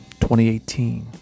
2018